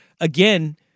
again